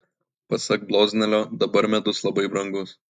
pasak bloznelio dabar medus labai brangus